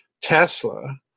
Tesla